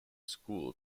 school